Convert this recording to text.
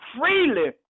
freely